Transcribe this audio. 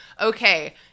Okay